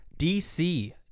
DC